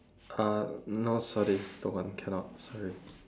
uh no sorry don't want cannot sorry